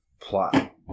plot